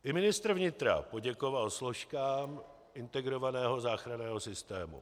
I ministr vnitra poděkoval složkám integrovaného záchranného systému.